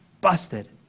busted